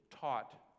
taught